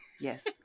yes